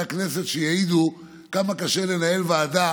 הכנסת שיעידו כמה קשה לנהל ישיבת ועדה